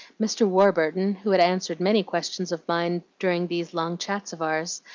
mr. warburton, who had answered many questions of mine during these long chats of ours,